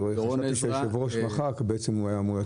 בבקשה.